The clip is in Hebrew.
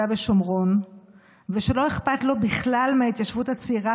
ושומרון ושלא אכפת לו בכלל מההתיישבות הצעירה,